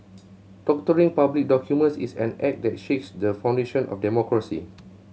doctoring public documents is an act that shakes the foundation of democracy